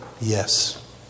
Yes